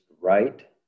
right